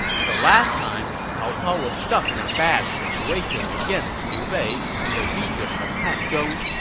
so last time, cao cao was stuck in a bad situation against liu bei in the region of hanzhong.